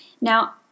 Now